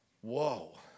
Whoa